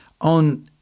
on